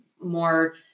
more